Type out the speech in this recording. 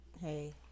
hey